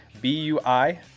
B-U-I